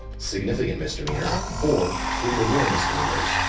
significant misdemeanor, or three or more misdemeanors,